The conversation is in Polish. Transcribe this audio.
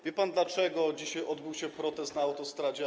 Wie pan, dlaczego dzisiaj odbył się protest na autostradzie A2?